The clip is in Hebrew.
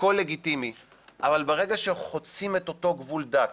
הכול לגיטימי, אבל ברגע שחוצים את אותו גבול דק